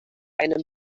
einem